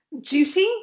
duty